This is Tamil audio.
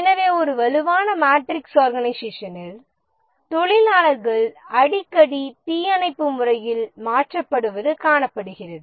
எனவே ஒரு வலுவான மேட்ரிக்ஸ் ஆர்கனைசேஷனில் தொழிலாளர்கள் அடிக்கடி தீயணைப்பு முறையில் மாற்றப்படுவது காணப்படுகிறது